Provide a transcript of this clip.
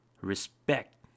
respect